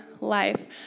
life